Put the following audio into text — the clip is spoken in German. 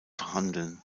verhandeln